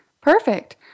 Perfect